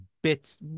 bits